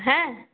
হ্যাঁ